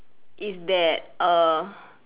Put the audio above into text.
is that err